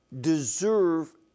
deserve